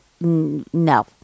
No